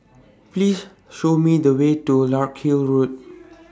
Please Show Me The Way to Larkhill Road